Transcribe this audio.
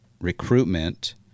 recruitment